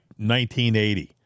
1980